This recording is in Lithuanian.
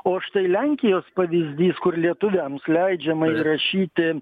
o štai lenkijos pavyzdys kur lietuviams leidžiama įrašyti